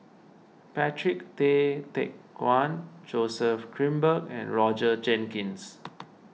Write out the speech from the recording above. Patrick Tay Teck Guan Joseph Grimberg and Roger Jenkins